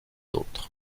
autres